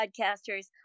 podcasters